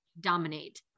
dominate